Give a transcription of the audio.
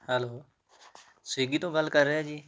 hello Swiggy ਤੋਂ ਗੱਲ ਕਰ ਰਿਹਾ ਜੀ